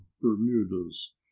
bermudas